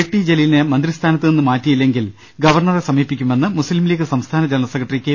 T ജലീലിനെ മന്ത്രി സ്ഥാനത്തും നിന്ന് മാറ്റിയില്ലെങ്കിൽ ഗവർണ്ണറെ സമീപിക്കുമെന്ന് മുസ്ലിംലീഗ് സംസ്ഥാന ജനറൽ സെക്രട്ടറി കെ